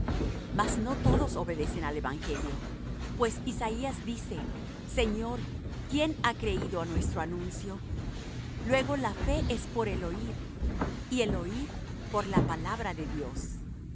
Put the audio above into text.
mas no todos obedecen al evangelio pues isaías dice señor quién ha creído á nuestro anuncio luego la fe es por el oir y el oir por la palabra de dios